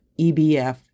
EBF